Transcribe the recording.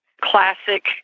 classic